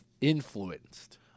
influenced